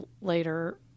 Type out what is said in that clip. later